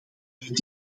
het